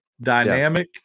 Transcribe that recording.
dynamic